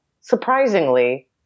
surprisingly